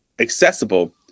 accessible